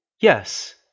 Yes